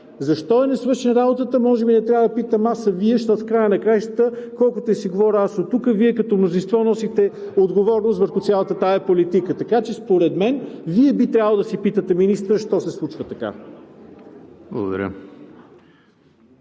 Защо е несвършена работата? Може би не трябва да питам аз, а Вие, защото в края на краищата колкото и да си говоря аз оттук, Вие като мнозинство носите отговорност върху цялата тази политика. Според мен Вие би трябвало да си питате министъра защо се случва така. Благодаря